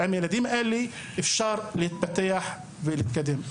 אפשר להתפתח ולהתקדם.